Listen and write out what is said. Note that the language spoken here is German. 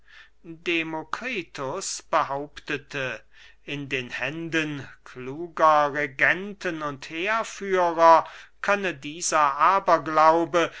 demokritus behauptete in den händen kluger regenten und heerführer könne dieser aberglaube